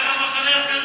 תסתכל על המחנה הציוני.